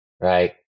Right